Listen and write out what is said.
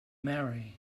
marry